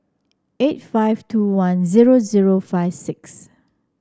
eight five two one zero zero five six